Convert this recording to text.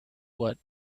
what